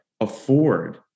afford